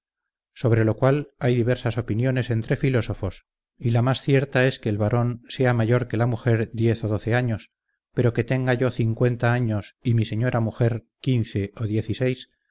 sobre lo cual hay diversas opiniones entre filósofos y la más cierta es que el varón sea mayor que la mujer diez o doce años pero que tenga yo cincuenta años y mi señora mujer quince o